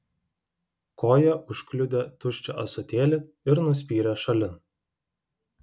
koja užkliudė tuščią ąsotėlį ir nuspyrė šalin